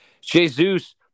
Jesus